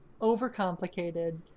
overcomplicated